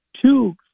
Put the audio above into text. two